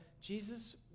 Jesus